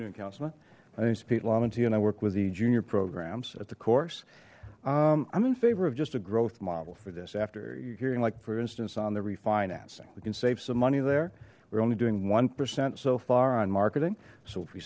montee and i work with the junior programs at the course i'm in favor of just a growth model for this after your hearing like for instance on the refinancing we can save some money there we're only doing one percent so far on marketing so if we